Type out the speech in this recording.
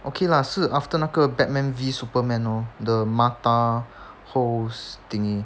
okay lah 是 after 那个 batman V superman lor the martha hose thingy